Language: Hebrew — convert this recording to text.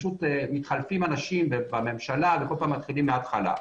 פשוט מתחלפים אנשים בממשלה וכל פעם מתחילים מהתחלה.